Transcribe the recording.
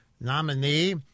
nominee